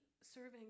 serving